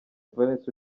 valens